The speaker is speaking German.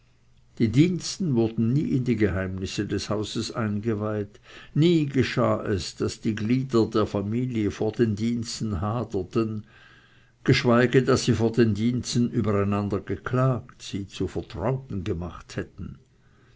die diensten wurden nie in die geheimnisse des hauses eingeweiht nie geschah es daß die glieder der familie vor den diensten haderten geschweige daß sie vor den diensten über einander geklagt sie zu vertrauten gemacht hätten